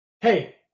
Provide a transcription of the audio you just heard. Hey